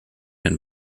den